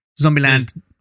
Zombieland